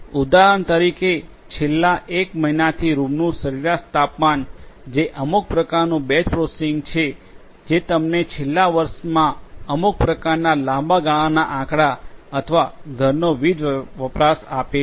ઉદાહરણ તરીકે છેલ્લા એક મહિનાથી રૂમનું સરેરાશ તાપમાન જે અમુક પ્રકારનું બેચ પ્રોસેસિંગ છે જે તમને છેલ્લા વર્ષમાં અમુક પ્રકારના લાંબા ગાળાના આંકડા અથવા ઘરનો વીજ વપરાશ આપે છે